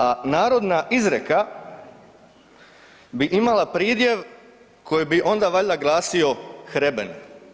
A narodna izreka bi imala pridjev koji bi onda valjda glasio „hreben“